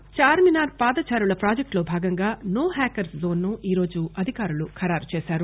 చార్ని నార్ః చార్మినార్ పాదచారుల ప్రాజెక్టులో భాగంగా నో హ్యాకర్స్ జోన్ను ఈరోజు అధికారులు ఖరారు చేశారు